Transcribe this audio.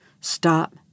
Stop